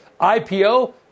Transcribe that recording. ipo